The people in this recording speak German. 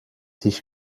sich